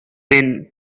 been